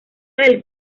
del